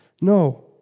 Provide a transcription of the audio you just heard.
No